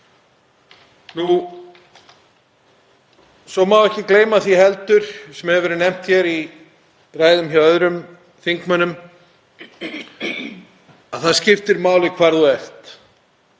Ekki má heldur gleyma því, sem hefur verið nefnt hér í ræðum hjá öðrum þingmönnum, að það skiptir máli hvar þú ert.